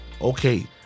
Okay